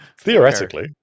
theoretically